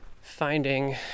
finding